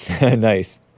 Nice